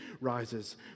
rises